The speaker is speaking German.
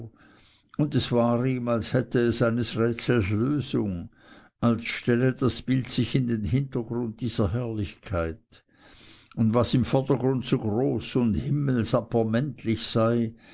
und es war ihm als hätte es eines rätsels lösung als stelle das bild sich in den hintergrund dieser herrlichkeit und was im vordergrund so groß und himmelsappermenterlich sei